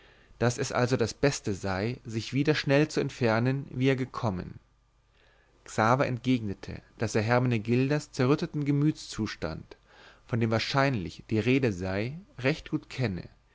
daß es also das beste sei sich wieder schnell zu entfernen wie er gekommen xaver entgegnete daß er hermenegildas zerrütteten gemütszustand von dem wahrscheinlich die rede sei recht gut kenne